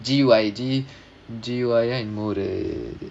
எங்க ஊரு:enga ooru